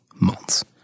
months